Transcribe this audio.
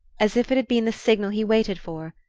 as if it had been the signal he waited for,